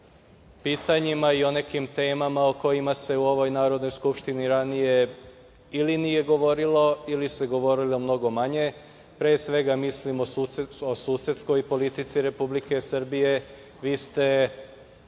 pitanjima i o nekim temama o kojima se u ovoj Narodnoj skupštini ili nije govorili ili se govorilo mnogo manje. Pre svega mislim o susedskoj politici Narodnoj